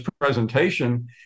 presentation